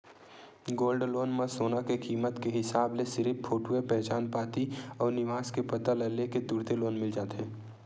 gold loan म सोना के कीमत के हिसाब ले सिरिफ फोटूए पहचान पाती अउ निवास के पता ल ले के तुरते लोन मिल जाथे